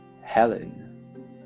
Helen